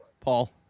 Paul